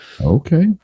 Okay